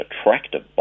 attractive